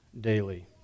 daily